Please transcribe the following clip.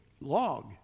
log